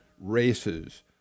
races